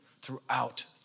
throughout